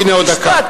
משפט,